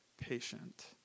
patient